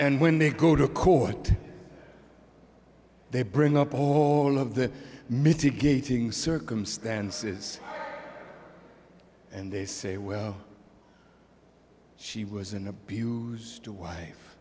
and when they go to court they bring up all of the mitigating circumstances and they say well she was an abuse